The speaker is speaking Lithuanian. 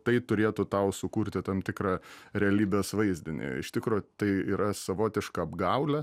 tai turėtų tau sukurti tam tikrą realybės vaizdinį iš tikro tai yra savotiška apgaulė